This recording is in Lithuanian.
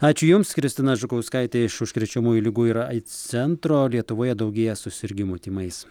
ačiū jums kristina žukauskaitė iš užkrečiamųjų ligų ir aids centro lietuvoje daugėja susirgimų tymais